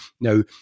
Now